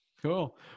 Cool